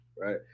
right